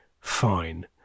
fine